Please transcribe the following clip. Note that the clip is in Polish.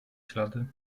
ślady